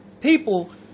People